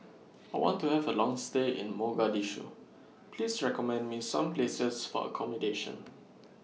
I want to Have A Long stay in Mogadishu Please recommend Me Some Places For accommodation